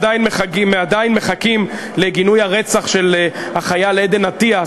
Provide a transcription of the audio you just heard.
אנחנו עדיין מחכים לגינוי הרצח של החייל עדן אטיאס,